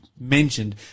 mentioned